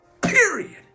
Period